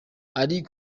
ari